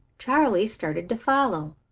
charley started to follow.